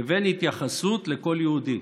לבין התייחסות לכל יהודי.